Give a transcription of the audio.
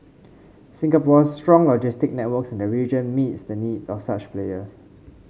Singapore's strong logistic networks in the region meet the needs of such players